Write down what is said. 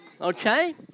Okay